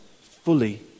fully